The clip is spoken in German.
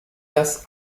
das